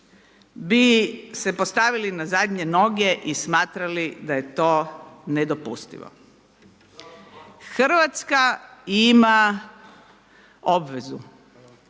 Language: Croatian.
bi se postavili na zadnje noge i smatrali da je to nedopustivo. Hrvatska ima obvezu